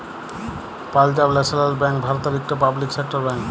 Punjab national bank ভারতের ইকট public sector bank